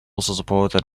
supported